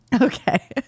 Okay